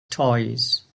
toys